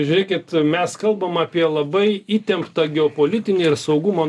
žėkit mes kalbam apie labai įtemptą geopolitinę ir saugumo